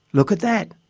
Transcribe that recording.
look at that!